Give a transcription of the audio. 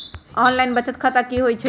Online बचत खाता की होई छई?